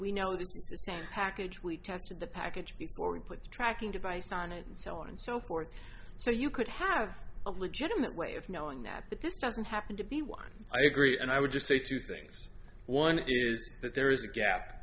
same package we tested the package before we put the tracking device on it and so on and so forth so you could have a legitimate way of knowing that but this doesn't happen to be one i agree and i would just say two things one is that there is a gap